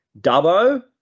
Dubbo